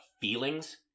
feelings